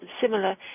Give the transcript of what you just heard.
similar